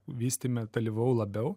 vystyme dalyvavau labiau